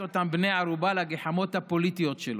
אותם בני ערובה לגחמות הפוליטיות שלו.